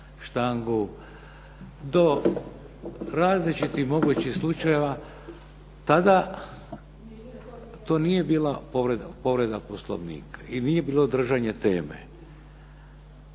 štangu, do različitih mogućih slučajeva, tada to nije bila povreda Poslovnika i nije bilo držanje teme.